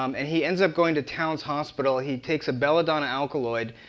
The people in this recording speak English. um and he ends up going to towns hospital. he takes a belladonna alkaloid,